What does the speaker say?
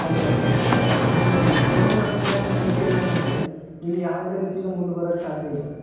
ಅಲ್ವ ನಮ್ಮ ಮೇಲೆ ನಮಗೇನೆ ನಮ್ಮ ಮೇಲೆ ನಂಬಿಕೆ ಇಲ್ಲ ಅಂತ ಅಂದ್ರೆ ಇಲ್ಲಿ ಯಾವುದೇ ರೀತಿಯೂ ಮುಂದೆ ಬರೋಕೆ ಸಾಧ್ಯ ಇಲ್ಲ